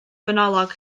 ganolog